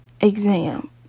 exam